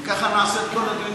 אם כך, נעשה את כל הדיונים